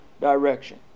direction